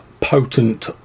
potent